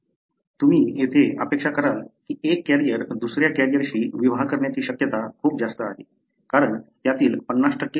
तुम्ही येथे अपेक्षा कराल की एक कॅरियर दुसऱ्या कॅरियरशी विवाह करण्याची शक्यता खूप जास्त आहे कारण त्यातील 50 कॅरियर आहेत